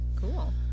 cool